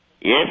Yes